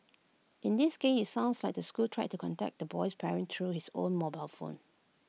in this case IT sounds like the school tried to contact the boy's parents through his own mobile phone